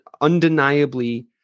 undeniably